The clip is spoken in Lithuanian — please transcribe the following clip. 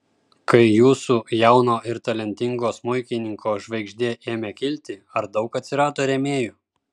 kai jūsų jauno ir talentingo smuikininko žvaigždė ėmė kilti ar daug atsirado rėmėjų